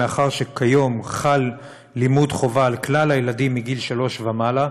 ומאחר שכיום חל לימוד חובה על כלל הילדים מגיל שלוש ומעלה,